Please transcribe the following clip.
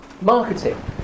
Marketing